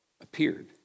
appeared